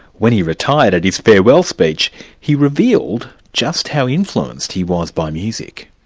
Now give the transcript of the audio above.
when he retired at his farewell speech he revealed just how influenced he was by music.